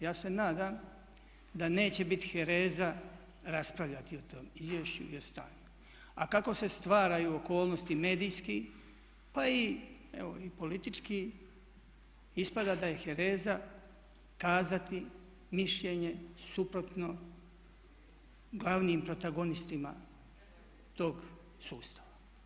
Ja se nadam da neće biti hereza raspravljati o tom izvješću i o stanju, a kako se stvaraju okolnosti medijski pa i evo i politički ispada da je hereza kazati mišljenje suprotno glavnim protagonistima tog sustava.